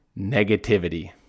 negativity